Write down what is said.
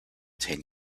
ten